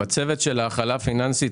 בצוות של ההכלה הפיננסית